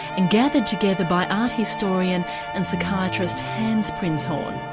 and gathered together by art historian and psychiatrist hans prinzhorn.